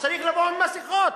צריך לבוא עם מסכות,